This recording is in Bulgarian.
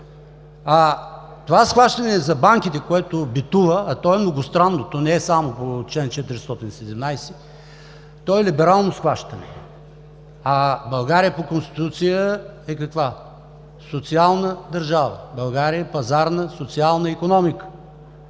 А това схващане за банките, което битува, е многостранно, то не е само по чл. 417, то е либерално схващане, а България по Конституция е социална държава. България е пазарна социална икономика!